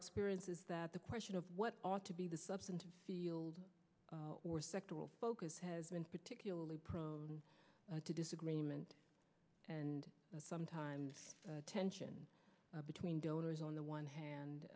experience is that the question of what ought to be the substantive field or sector will focus has been particularly prone to disagreement and that sometimes tension between donors on the one hand